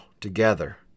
together